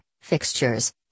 fixtures